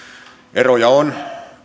eroja on